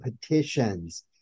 petitions